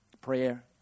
Prayer